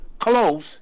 close